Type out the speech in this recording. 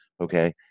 Okay